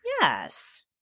yes